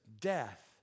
death